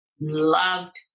loved